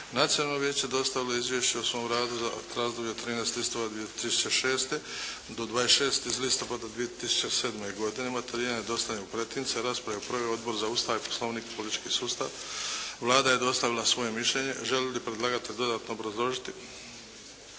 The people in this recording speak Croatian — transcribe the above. Nacionalno vijeće dostavilo je izvješće o svom radu za razdoblje od 13. listopada 2006. do 26. listopada 2007. godine. Materijal je dostavljen u pretince. Raspravu je Odbor za Ustav, poslovnik i politički sustav. Vlada je dostavila svoje mišljenje. Želi li predlagatelj dodatno obrazložiti?